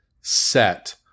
set